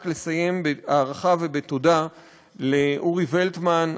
רק לסיים בהערכה ובתודה לאורי וולטמן,